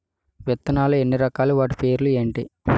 విత్తనాలు ఎన్ని రకాలు, వాటి పేర్లు ఏంటి?